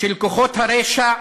על כוחות הרשע,